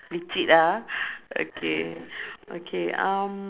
play cheat ah okay okay um